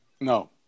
No